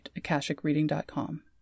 akashicreading.com